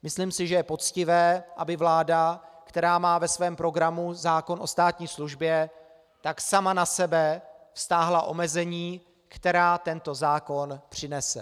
Myslím si, že je poctivé, aby vláda, která má ve svém programu zákon o státní službě, sama na sebe vztáhla omezení, která tento zákon přinese.